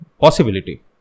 possibility